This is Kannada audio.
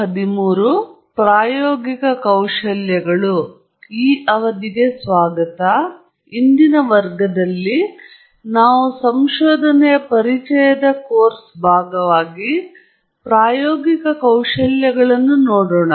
ಹಲೋ ಇಂದಿನ ವರ್ಗದಲ್ಲಿ ನಾವು ಸಂಶೋಧನೆಯ ಪರಿಚಯದ ನಮ್ಮ ಕಿರು ಕೋರ್ಸ್ ಭಾಗವಾಗಿ ಪ್ರಾಯೋಗಿಕ ಕೌಶಲ್ಯಗಳನ್ನು ನೋಡೋಣ